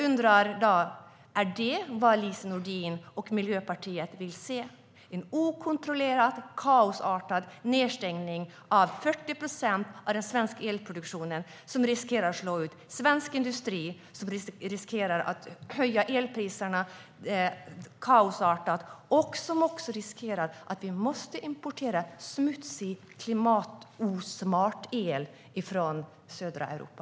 Är det vad Lise Nordin och Miljöpartiet vill se - en okontrollerad och kaosartad nedstängning av 40 procent av den svenska elproduktionen, vilket riskerar att slå ut svensk industri, riskerar att höja elpriserna okontrollerat och riskerar att tvinga oss att importera smutsig och klimatosmart el från södra Europa?